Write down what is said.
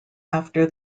after